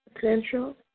Central